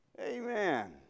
Amen